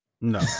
No